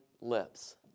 lips